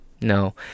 No